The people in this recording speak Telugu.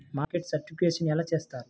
మార్కెట్ సర్టిఫికేషన్ ఎలా చేస్తారు?